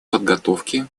подготовки